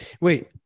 Wait